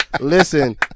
Listen